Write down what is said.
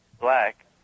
black